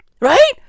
right